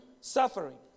suffering